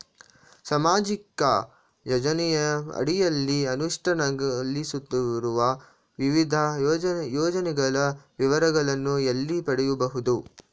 ಸಾಮಾಜಿಕ ಯೋಜನೆಯ ಅಡಿಯಲ್ಲಿ ಅನುಷ್ಠಾನಗೊಳಿಸುತ್ತಿರುವ ವಿವಿಧ ಯೋಜನೆಗಳ ವಿವರಗಳನ್ನು ಎಲ್ಲಿ ಪಡೆಯಬಹುದು?